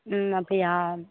ம் அப்படியா